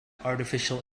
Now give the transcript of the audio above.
artificial